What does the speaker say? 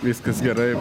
viskas gerai